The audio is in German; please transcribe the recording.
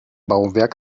bauwerk